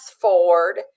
forward